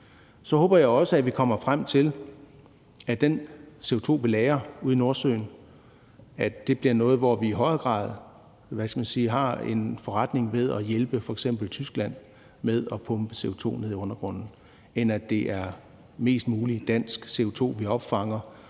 Jeg håber også, at vi kommer frem til, at den CO2, vi lagrer i Nordsøen, bliver noget, hvor vi i højere grad har en forretning ved at hjælpe f.eks. Tyskland med at pumpe CO2 ned i undergrunden, end at det er mest mulig dansk CO2, vi opfanger